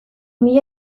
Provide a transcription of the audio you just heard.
mila